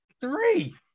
three